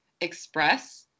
express